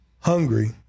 hungry